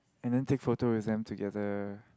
and then take photo with them together